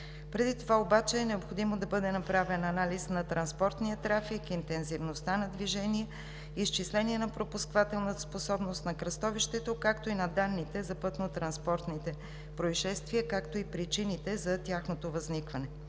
Преди това обаче е необходимо да бъде направен анализ на транспортния трафик, интензивността на движение, изчисление на пропускателната способност на кръстовището, данните за пътнотранспортните произшествия, както и причините за тяхното възникване.